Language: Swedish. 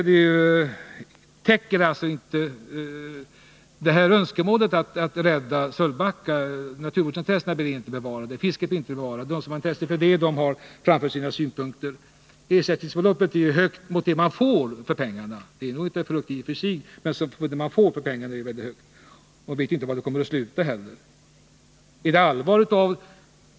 Det täcker inte önskemålet att rädda Sölvbackaströmmarna — naturvårdsintresset blir inte tillgodosett, och fisket blir inte bevarat. De som har intresse för det har framfört sina synpunkter förgäves. Och ersättningsbeloppet för det man får för pengarna är väldigt högt, även om det kanske inte är högt i sig. Och vi vet inte var ersättningsanspråken kommer att sluta heller.